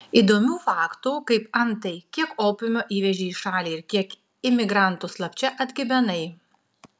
įdomių faktų kaip antai kiek opiumo įvežei į šalį ir kiek imigrantų slapčia atgabenai